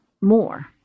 more